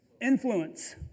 influence